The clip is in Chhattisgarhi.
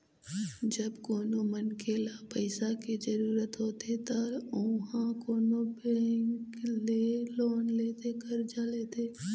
जब कोनो मनखे ल पइसा के जरुरत होथे त ओहा कोनो बेंक ले लोन लेथे करजा लेथे